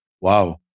Wow